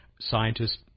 Scientists